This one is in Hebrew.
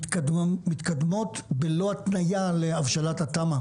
מתקדמות בלא התניה להבשלת התמ"א?